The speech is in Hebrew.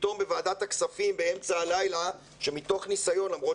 פתאום בוועדת הכספים באמצע הלילה למרות